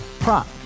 Prop